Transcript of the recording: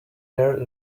there